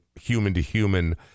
human-to-human